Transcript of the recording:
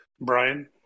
Brian